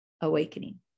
awakening